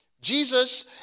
Jesus